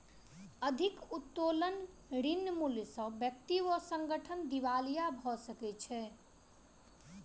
अधिक उत्तोलन ऋण मूल्य सॅ व्यक्ति वा संगठन दिवालिया भ सकै छै